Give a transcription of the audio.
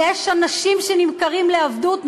יש אנשים שנמכרים לעבדות,